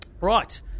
Right